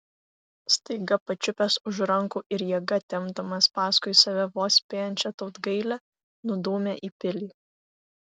staiga pačiupęs už rankų ir jėga tempdamas paskui save vos spėjančią tautgailę nudūmė į pilį